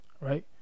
Right